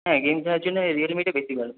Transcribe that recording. হ্যাঁ গেম খেলার জন্য ওই রিয়েলমিটা বেশি ভালো